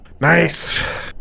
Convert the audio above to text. Nice